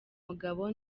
mugabo